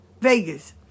Vegas